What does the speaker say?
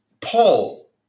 Paul